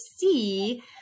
see